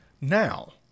Now